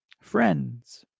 Friends